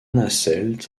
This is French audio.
hasselt